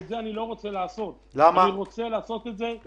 אבל אני לא רוצה לעשות את זה --- למה לא?